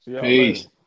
Peace